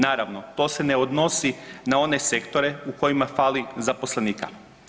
Naravno, to se ne odnosi na one sektore u kojima fali zaposlenika.